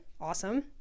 awesome